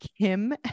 Kim